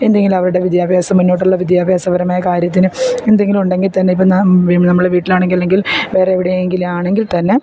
എന്തെങ്കിലും അവരുടെ വിദ്യാഭ്യാസം മുന്നോട്ടുള്ള വിദ്യാഭ്യാസപരമായിട്ടുള്ള കാര്യത്തിന് എന്തെങ്കിലും ഉണ്ടെങ്കിൽ തന്നെ ഇപ്പം നമ്മളെ വീട്ടിലാണെങ്കിൽ എങ്കിൽ വേറെ എവിടേയെങ്കിലും ആണെങ്കിൽ തന്നെ